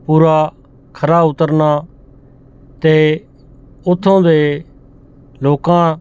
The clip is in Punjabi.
ਪੂਰਾ ਖਰਾ ਉਤਰਨਾ ਅਤੇ ਉੱਥੋਂ ਦੇ ਲੋਕਾਂ